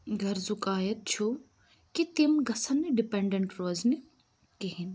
گَر زُکایَت چھُ کہِ تِم گَژھن نہٕ ڈِپِنڈِنٹ روزنہِ کِہینۍ